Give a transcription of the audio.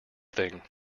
thing